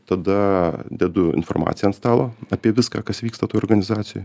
tada dedu informaciją ant stalo apie viską kas vyksta toj organizacijoj